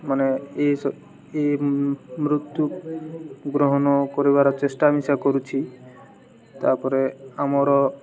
ମାନେ ଏ ଏ ମୃତ୍ୟୁ ଗ୍ରହଣ କରିବାର ଚେଷ୍ଟା ମିଶା କରୁଛି ତାପରେ ଆମର